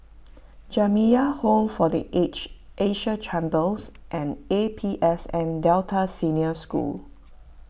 Jamiyah Home for the Aged Asia Chambers and A P S N Delta Senior School